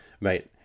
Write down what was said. mate